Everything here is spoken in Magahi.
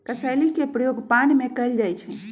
कसेली के प्रयोग पान में कएल जाइ छइ